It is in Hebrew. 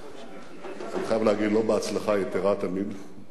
אני חייב להגיד, לא בהצלחה יתירה תמיד, מולכם,